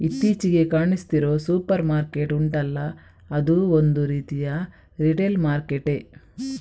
ಇತ್ತೀಚಿಗೆ ಕಾಣಿಸ್ತಿರೋ supermarket ಉಂಟಲ್ಲ ಅದೂ ಒಂದು ರೀತಿಯ ರಿಟೇಲ್ ಮಾರ್ಕೆಟ್ಟೇ